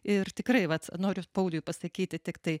ir tikrai vat noriu pauliui pasakyti tiktai